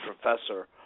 professor